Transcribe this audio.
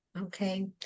Okay